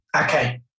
Okay